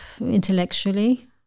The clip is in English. intellectually